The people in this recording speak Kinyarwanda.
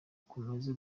ukomeza